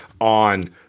on